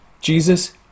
Jesus